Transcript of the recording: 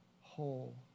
whole